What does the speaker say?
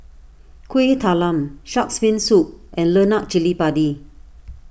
Kuih Talam Shark's Fin Soup and Lemak Cili Padi